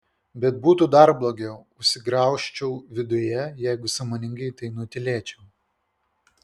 bet būtų dar blogiau užsigraužčiau viduje jeigu sąmoningai tai nutylėčiau